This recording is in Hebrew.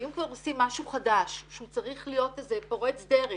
ואם כבר עושים משהו חדש שהוא צריך להיות פורץ דרך